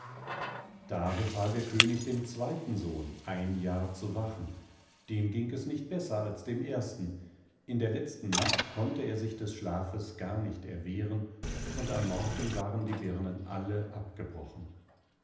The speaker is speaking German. da befahl der könig dem zweiten sohn ein jahr zu wachen dem ging es nicht besser als dem ersten in der letzten nacht konnte er sich des schlafes gar nicht erwehren und am morgen waren die birnen alle abgebrochen